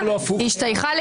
ואז יש שישה של